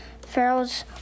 Pharaoh's